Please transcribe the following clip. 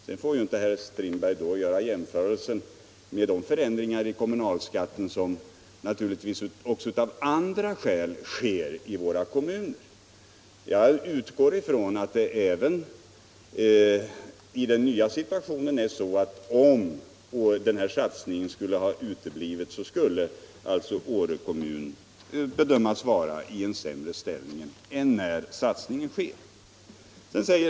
Sedan får inte herr Strindberg göra någon jämförelse med de förändringar av kommunalskatten som av andra skäl naturligtvis också sker i kommunerna. Jag utgår ifrån att det även i den nya situationen är så att Åre kommun skulle bedömas vara i en sämre ställning om satsningen uteblivit än när den nu sker.